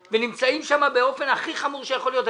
ונמצאים שם באופן הכי חמור שיכול להיות.